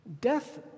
Death